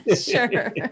sure